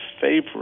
favorite